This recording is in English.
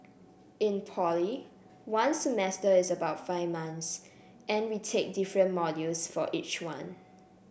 in poly one semester is about five months and we take different modules for each one